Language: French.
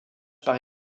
par